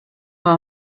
war